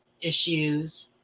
issues